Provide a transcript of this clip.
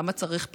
למה צריך פיקוח?